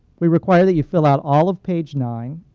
we require that you fill out all of page nine.